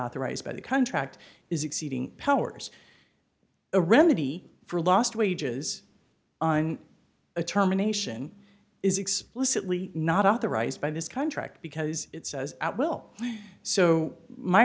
authorized by the contract is exceeding powers a remedy for lost wages on a terminations is explicitly not authorized by this contract because it says at will so my